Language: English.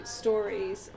stories